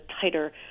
tighter